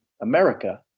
America